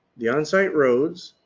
the on site roads,